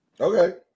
Okay